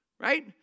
Right